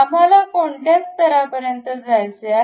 आम्हाला कोणत्या स्तरापर्यंत जायचे आहे